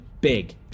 big